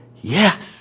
yes